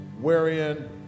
wherein